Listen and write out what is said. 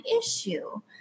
issue